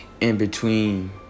in-between